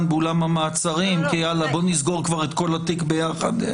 באולם בית המעצרים ואז נסגור את כל התיק ביחד.